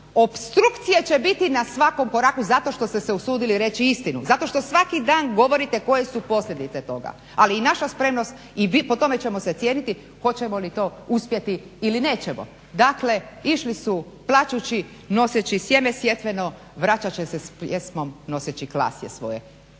opstrukcije će biti na svakom koraku, zato što ste se usudili reći istinu, zato što svaki dan govorite koje su posljedice toga. Ali i naša spremnost i po tome ćemo se cijeniti hoćemo li to uspjeti ili nećemo. Dakle, išli su plačući, noseći sjeme sjetveno, vraćat će se s pjesmom noseći klasje svoje.